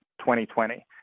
2020